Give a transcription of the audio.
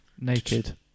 Naked